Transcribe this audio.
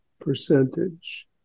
percentage